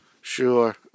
sure